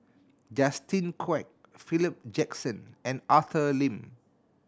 Justin Quek Philip Jackson and Arthur Lim